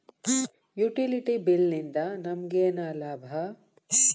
Utility bill ನಿಂದ್ ನಮಗೇನ ಲಾಭಾ?